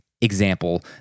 Example